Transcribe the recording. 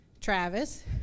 Travis